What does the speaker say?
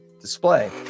display